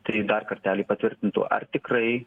tai dar kartelį patvirtintų ar tikrai